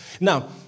Now